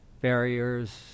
barriers